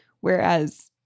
Whereas